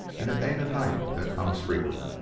and it ain't a night that comes frequent.